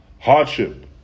hardship